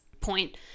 point